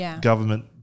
government